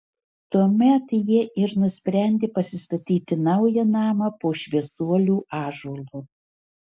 tuomet jie ir nusprendė pasistatyti naują namą po šviesuolių ąžuolu